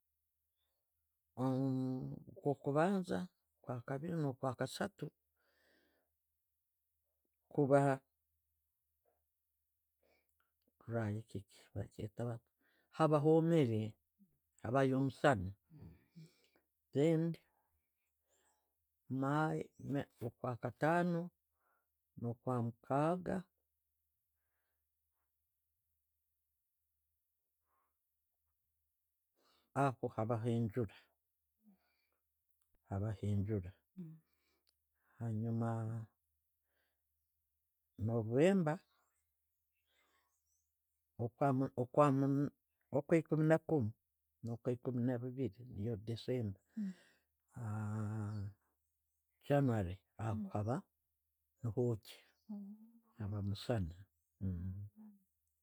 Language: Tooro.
﻿ Okwokubanza, okwakabiiri, no'kwakasattu kuba, kibakiiki, bakyetta baata haba homere, abayo omusana. Then, may okwakataano no'kwamukaaga aho abayo enjuura, abayo enjuura Hanjuma, November, okwamun, okwekuumi nakuumu no kwekuumi nabiibiri, niyo December january, aba nahokya habwa omusana.